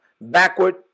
backward